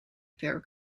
fair